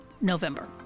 November